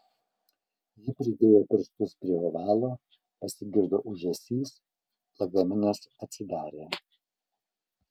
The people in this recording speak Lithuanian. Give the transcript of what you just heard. ji pridėjo pirštus prie ovalo pasigirdo ūžesys lagaminas atsidarė